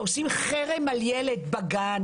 עושים חרם על ילד בגן